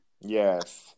Yes